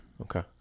Okay